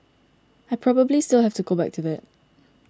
I probably still have to go back to that